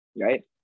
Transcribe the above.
right